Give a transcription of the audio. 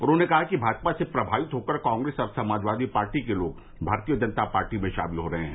उन्होंने कहा कि भाजपा से प्रभावित होकर कांग्रेस और समाजवादी पार्टी के लोग भारतीय जनता पार्टी में शामिल हो रहे हैं